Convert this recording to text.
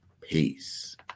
Peace